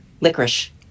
licorice